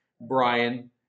Brian